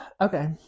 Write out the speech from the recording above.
okay